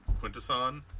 Quintesson